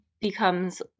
becomes